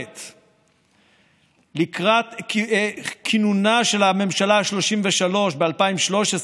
לקראת כינונה של הממשלה השלושים-ושלוש ב-2013.